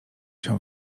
się